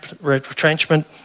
retrenchment